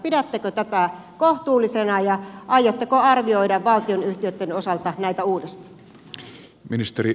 pidättekö tätä kohtuullisena ja aiotteko arvioida valtionyhtiöitten osalta näitä uudestaan